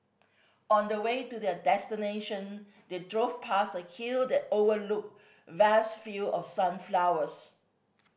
on the way to their destination they drove past a hill that overlooked vast field of sunflowers